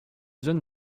zone